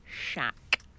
Shack